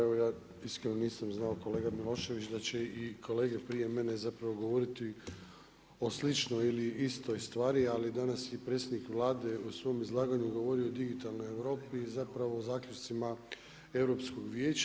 Evo ja iskreno nisam znao kolega Milošević da će i kolege prije mene zapravo govoriti o sličnoj ili istoj stvari, ali danas je predsjednik Vlade u svom izlaganju govorio o digitalnoj Europi i zapravo o zaključcima Europskog vijeća.